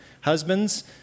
Husbands